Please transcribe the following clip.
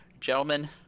Gentlemen